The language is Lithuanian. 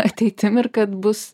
ateitim ir kad bus